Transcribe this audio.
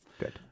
good